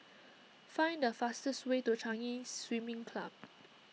find the fastest way to Chinese Swimming Club